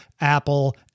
Apple